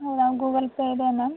ಹೌದಾ Google Pay ಇದೇನಾ